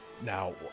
Now